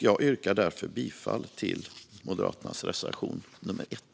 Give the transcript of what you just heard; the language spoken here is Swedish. Jag yrkar därför bifall till reservation 1.